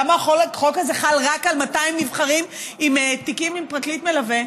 למה החוק הזה חל רק על 200 נבחרים עם תיקים עם פרקליט מלווה?